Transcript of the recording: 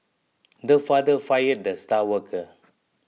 the father fired the star worker